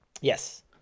Yes